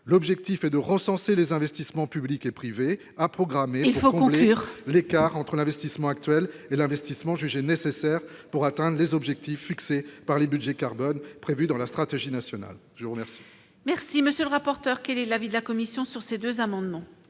l'objectif est de recenser les investissements publics et privés à programmer, il faut conclure, l'écart entre l'investissement actuel et l'investissement jugé nécessaire pour atteinte des objectifs fixés par les Budgets carbone prévue dans la stratégie nationale je vous remercie. Merci, monsieur le rapporteur, quel est l'avis de la commission sur ces deux amendements.